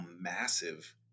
massive